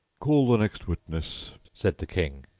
call the next witness said the king.